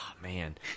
man